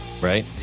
Right